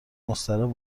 مستراح